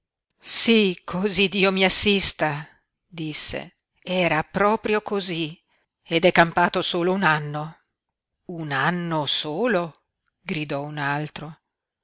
sí cosí dio mi assista disse era proprio cosí ed è campato solo un anno un anno solo gridò un altro